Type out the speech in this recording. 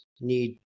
need